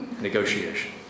Negotiation